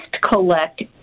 collect